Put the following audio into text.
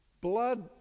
blood